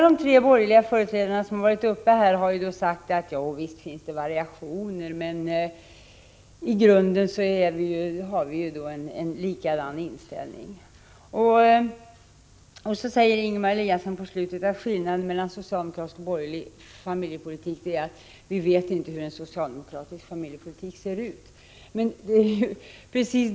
De tre borgerliga företrädare som varit uppe i talarstolen har sagt att visst finns det variationer men i grund har de samma inställning. Ingemar Eliasson sade i slutet av sitt inlägg att skillnaden mellan socialdemokratisk och borgerlig familjepolitik är att vi inte vet hur en socialdemokratisk familjepolitik ser ut.